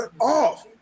off